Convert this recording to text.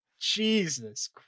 Jesus